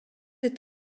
est